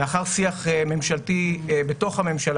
לאחר שיח ממשלתי בתוך הממשלה,